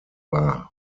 war